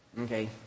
Okay